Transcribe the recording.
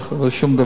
שום דבר לא.